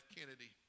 Kennedy